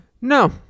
no